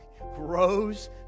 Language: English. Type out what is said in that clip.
rose